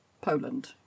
Poland